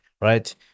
right